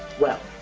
well,